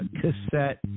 cassette